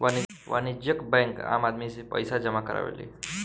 वाणिज्यिक बैंक आम आदमी से पईसा जामा करावेले